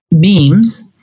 beams